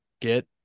get